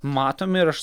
matom ir aš